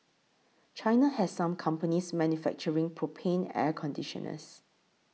China has some companies manufacturing propane air conditioners